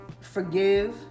Forgive